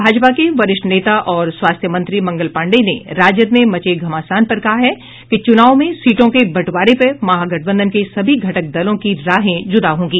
भाजपा के वरिष्ठ नेता और स्वास्थ्य मंत्री मंगल पाण्डेय ने राजद में मचे घमासान पर कहा है कि चुनाव में सीटों के बंटवारें पर महागठबंधन के सभी घटक दलों की राहें जूदा होंगी